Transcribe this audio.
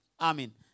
Amen